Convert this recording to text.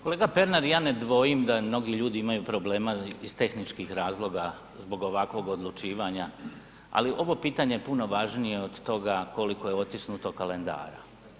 Kolega Pernar, ja ne dvojim da mnogi ljudi imaju problema iz tehničkih razloga zbog ovakvog odlučivanja ali ovo pitanje je puno važnije od toga koliko je otisnuto kalendara.